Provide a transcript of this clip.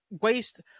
waste